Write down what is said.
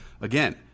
again